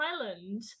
island